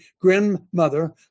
grandmother